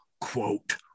quote